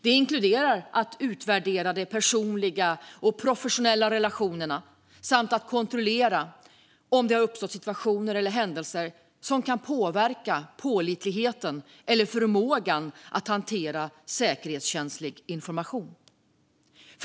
Det inkluderar att utvärdera de personliga och professionella relationerna samt att kontrollera om det har uppstått situationer eller händelser som kan påverka pålitligheten eller förmågan att hantera säkerhetskänslig information.